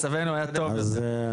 מצבנו היה טוב יותר.